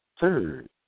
third